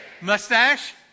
mustache